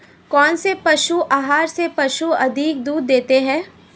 कौनसे पशु आहार से पशु अधिक दूध देते हैं?